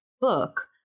book